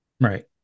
Right